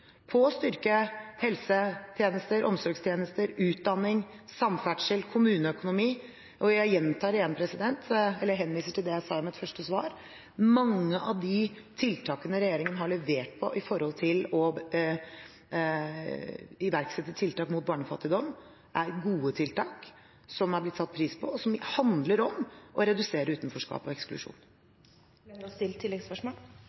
på å styrke helsetjenester, omsorgstjenester, utdanning, samferdsel og kommuneøkonomi. Jeg henviser til det jeg sa i mitt første svar: Mange av de tiltakene regjeringen har levert på, som å iverksette tiltak mot barnefattigdom, er gode tiltak som er blitt satt pris på, og som handler om å redusere utenforskap og eksklusjon.